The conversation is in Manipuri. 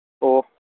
ꯑꯣ